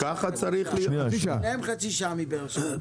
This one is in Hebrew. שיקנה חופשי-חודשי.